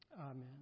Amen